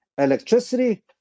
Electricity